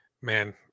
Man